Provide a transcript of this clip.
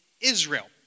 Israel